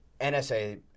NSA